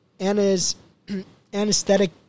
anesthetic